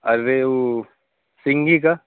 ریہو سینگی کا